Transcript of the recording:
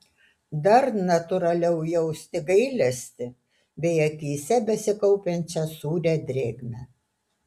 dar natūraliau jausti gailestį bei akyse besikaupiančią sūrią drėgmę